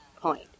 point